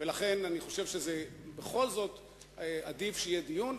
ולכן אני חושב שבכל זאת עדיף שיהיה דיון,